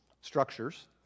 structures